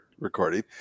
recording